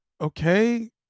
okay